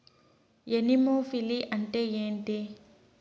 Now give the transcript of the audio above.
Anemophily అంటే ఏంటి?